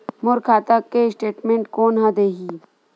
मोर खाता के स्टेटमेंट कोन ह देही?